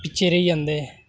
पिच्छें रेही जन्दे